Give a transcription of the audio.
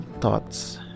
thoughts